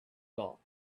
thought